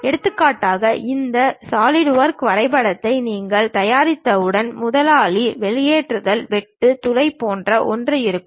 எடுத்துக்காட்டாக இந்த சாலிட்வொர்க்ஸ் வரைபடத்தை நீங்கள் தயாரித்தவுடன் முதலாளி வெளியேறுதல் வெட்டு துளை போன்ற ஒன்று இருக்கும்